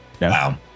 Wow